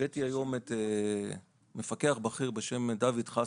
הבאתי היום מפקח בכיר בשם דוד חסן,